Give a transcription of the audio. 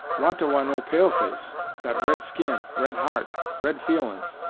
wah-ta-wah no pale-face got red-skin red heart, red feelin's.